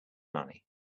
money